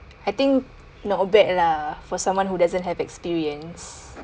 I think not bad lah for someone who doesn't have experience